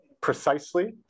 precisely